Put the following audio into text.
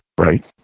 Right